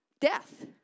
death